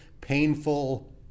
painful